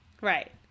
Right